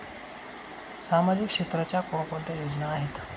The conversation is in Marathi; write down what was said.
सामाजिक क्षेत्राच्या कोणकोणत्या योजना आहेत?